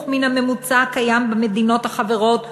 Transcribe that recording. מן הממוצע הקיים במדינות החברות בארגון,